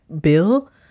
bill